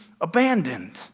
Abandoned